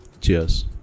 Cheers